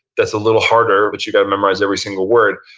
that's a little harder, but you got to memorize every single word.